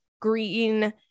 green